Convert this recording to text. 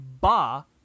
ba